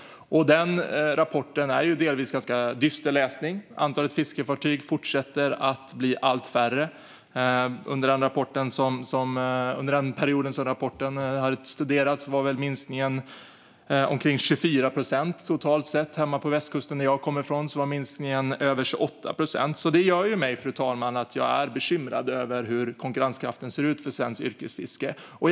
Rapporten är delvis ganska dyster läsning. Antalet fiskefartyg fortsätter att bli allt färre. Under den period som man studerat i rapporten var minskningen omkring 24 procent totalt. Hemma på västkusten, som jag kommer från, var minskningen över 28 procent. Det gör mig bekymrad över konkurrenskraften för svenskt yrkesfiske, fru talman.